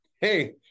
hey